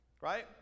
right